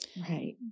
Right